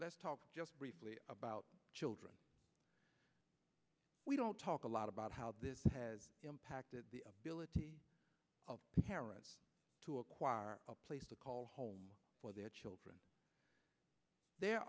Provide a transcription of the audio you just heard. let's talk just briefly about children we don't talk a lot about how this has impacted the ability of parents to acquire a place to call home for their children there